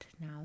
now